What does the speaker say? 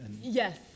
Yes